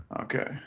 okay